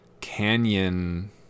canyon